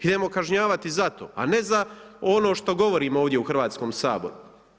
Idemo kažnjavati zato, a ne za ono što govorimo ovdje u Hrvatskom saboru.